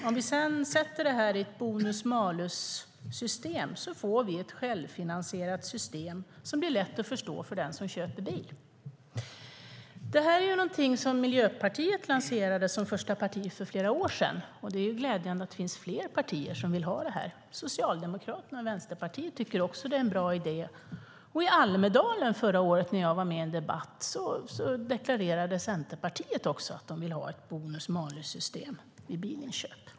Om vi sedan sätter det här i ett bonus-malus-system får vi ett självfinansierat system som blir lätt att förstå för den som köper bil. Det här är någonting som Miljöpartiet lanserade som första parti för flera år sedan. Det är glädjande att det finns fler partier som vill ha detta. Socialdemokraterna och Vänsterpartiet tycker också att det är en bra idé. Vid en debatt i Almedalen förra året där jag deltog deklarerade Centerpartiet att de ville ha ett bonus-malus-system för bilinköp.